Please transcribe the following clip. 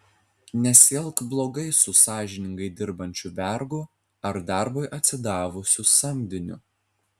nesielk blogai su sąžiningai dirbančiu vergu ar darbui atsidavusiu samdiniu